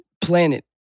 planet